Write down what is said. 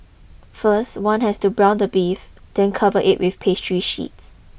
first one has to brown the beef then cover it with pastry sheet